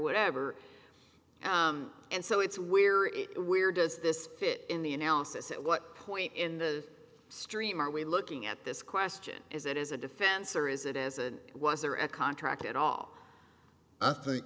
whatever and so it's where it where does this fit in the analysis at what point in the stream are we looking at this question is it as a defense or is it as a was there a contract at all i think